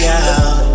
out